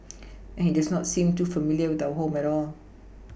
and he does not seem too familiar with our home at all